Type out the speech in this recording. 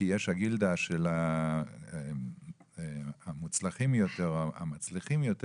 כי יש הגילדה של המוצלחים יותר או המצליחים יותר